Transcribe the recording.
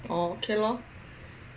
oh ok lor